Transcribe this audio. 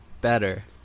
better